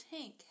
tank